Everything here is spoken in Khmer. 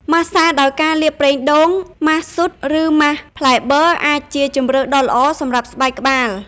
ម៉ាស្សាដោយការលាបប្រេងដូង ម៉ាសស៊ុត ឬម៉ាសផ្លែបឺរ អាចជាជម្រើសដ៏ល្អសម្រប់ស្បែកក្បាល ។